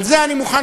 על זה אני מוכן,